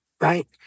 right